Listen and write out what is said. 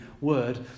word